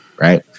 right